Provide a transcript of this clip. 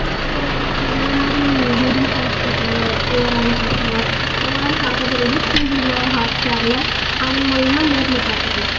இப்போது இப்போ எங்களை மாதிரி மிடில் கிளாஸ் பசங்கள் புவரான பசங்கள் அவங்கள்லாம் பார்க்கறதுக்கு வந்த டிவியில் ஹாட்ஸ்டாரில் அதன் மூலயமா நேரில் பார்த்துக்கலாம்